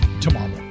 tomorrow